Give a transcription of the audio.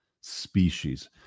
species